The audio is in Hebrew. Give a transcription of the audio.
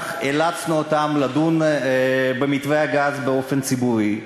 ובכך אילצנו אותה לדון במתווה הגז באופן ציבורי,